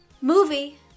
Movie